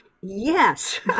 Yes